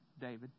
David